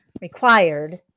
required